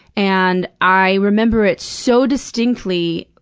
and i remember it so distinctly,